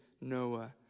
Noah